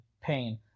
pain